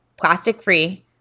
plastic-free